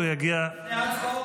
לפני ההצבעות?